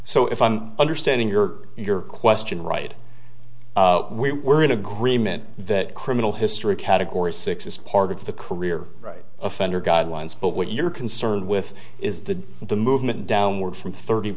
so if i'm understanding your your question right we were in agreement that criminal history category six is part of the career right offender guidelines but what you're concerned with is that the movement downward from thirty